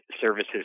services